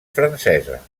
francesa